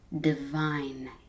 divine